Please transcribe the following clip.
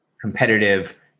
competitive